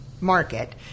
market